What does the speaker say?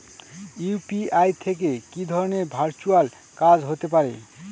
UPI থেকে কি ধরণের ভার্চুয়াল কাজ হতে পারে?